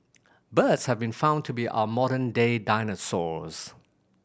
birds have been found to be our modern day dinosaurs